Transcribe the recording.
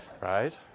Right